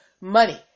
money